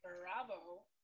bravo